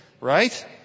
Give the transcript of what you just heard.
right